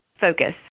focus